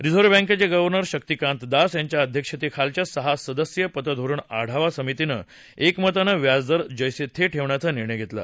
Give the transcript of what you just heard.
reserve बँकेचे governor Shaktikanta Das यांच्या अध्यक्षतेखालच्या सहा सदस्यीय पतधोरण आढावा समितीनं एकमतानं व्याजदर जैसे थे ठेवण्याचा निर्णय घेतला